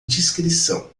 discrição